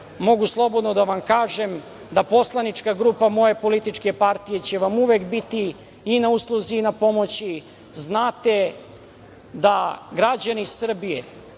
Mogu slobodno da vam kažem da poslanička grupa moje političke partije će vam uvek biti i na usluzi i na pomoći. Znate da građani Srbije,